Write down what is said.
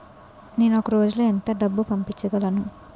నేను ఒక రోజులో ఎంత డబ్బు పంపించగలను?